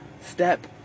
step